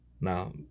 Now